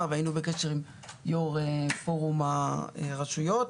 והיינו בקשר עם יושב ראש פורום הרשויות,